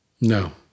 no